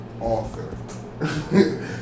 Author